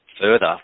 further